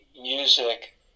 music